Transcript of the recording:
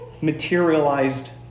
materialized